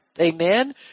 Amen